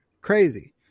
crazy